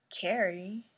Carrie